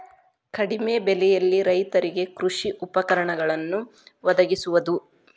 ಕಡಿಮೆ ಬೆಲೆಯಲ್ಲಿ ರೈತರಿಗೆ ಕೃಷಿ ಉಪಕರಣಗಳನ್ನು ವದಗಿಸುವದು